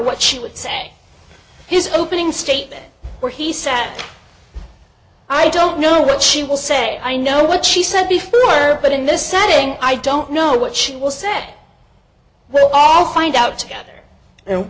what she would say his opening statement where he said i don't know what she will say i know what she said before her but in this setting i don't know what she will set well all find out together